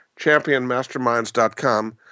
championmasterminds.com